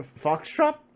Foxtrot